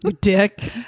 dick